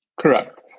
correct